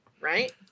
right